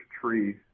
tree